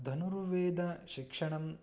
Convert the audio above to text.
धनुर्वेदशिक्षणम्